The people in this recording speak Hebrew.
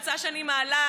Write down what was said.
הצעה שאני מעלה,